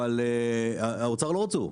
אבל האוצר לא רצו.